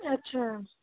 ਅੱਛਾ